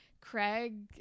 craig